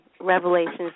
revelations